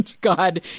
God